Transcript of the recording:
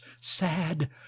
sad